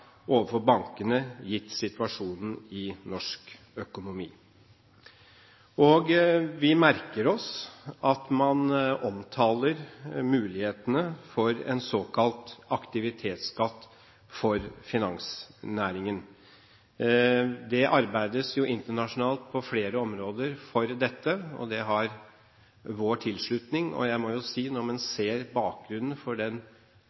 overfor bankene, gitt situasjonen i norsk økonomi. Vi merker oss at man omtaler mulighetene for en såkalt aktivitetsskatt for finansnæringen. Det arbeides jo internasjonalt på flere områder for dette, og det har vår tilslutning. Jeg må jo si når man ser bakgrunnen for først finanskrisen, så den